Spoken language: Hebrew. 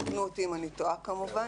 תקנו אותי אם אני טועה כמובן,